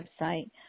website